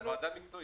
זה ועדה מקצועית.